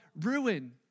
ruin